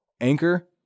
anchor